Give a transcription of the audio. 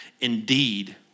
Indeed